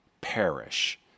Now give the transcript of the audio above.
perish